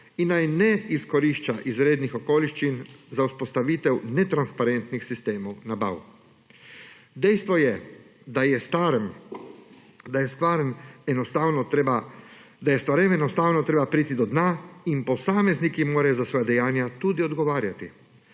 in naj ne izkorišča izrednih okoliščin za vzpostavitev netransparentnih sistemov nabav. Dejstvo je, da je stvarem enostavno treba priti do dna in posamezniki morajo za svoja dejanja tudi odgovarjati.